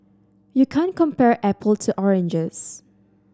you can't compare apples to oranges